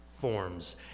forms